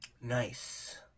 Nice